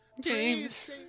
James